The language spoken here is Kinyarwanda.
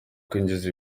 kwinjiza